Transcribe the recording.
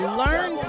learn